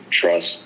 trust